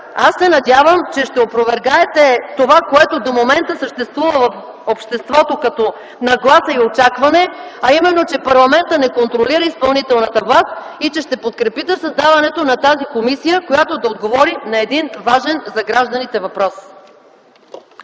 Аз се надявам, че ще опровергаете това, което до момента съществува в обществото като нагласа и очакване, а именно, че парламентът не контролира изпълнителната власт, и че ще подкрепите създаването на тази комисия, която да отговори на един важен за гражданите въпрос.